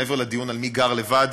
מעבר לדיון על מי גר לבד,